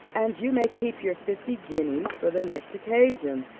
and you may keep your fifty guineas for the next occasion.